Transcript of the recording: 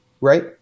right